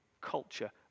culture